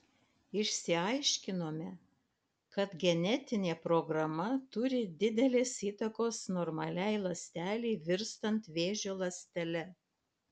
išsiaiškinome kad genetinė programa turi didelės įtakos normaliai ląstelei virstant vėžio ląstele